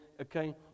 okay